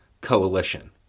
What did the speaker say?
coalition